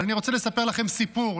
אבל אני רוצה לספר לכם סיפור,